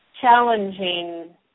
challenging